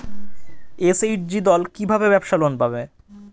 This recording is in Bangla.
এস.এইচ.জি দল কী ভাবে ব্যাবসা লোন পাবে?